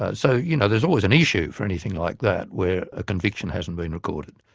ah so you know there's always an issue for anything like that where a conviction hasn't been recorded.